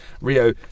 Rio